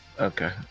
okay